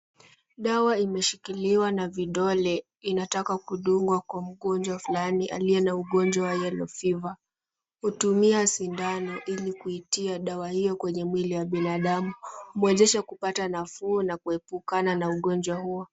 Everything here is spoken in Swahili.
Dawa imeshikiliwa na vidole inataka kudungwa kwa mgonjwa fulani aliye na ugonjwa wa Yellow Fever . Hutumia sindano ili kuitia dawa hiyo kwenye mwili ya binadamu. Humwezesha kupata nafuu na kuepukana na ugonjwa huo.